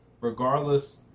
regardless